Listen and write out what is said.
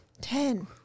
Ten